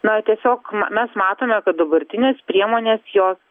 na tiesiog mes matome kad dabartinės priemonės jos